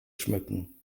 schmücken